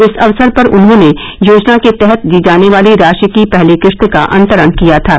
इस अवसर पर उन्होंने योजना के तहत दी जाने वाली राशि की पहली किश्त का अंतरण किया थॉ